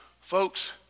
Folks